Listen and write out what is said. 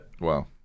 Wow